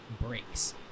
breaks